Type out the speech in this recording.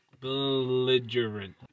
Belligerent